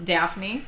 Daphne